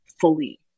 fully